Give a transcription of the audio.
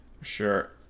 Sure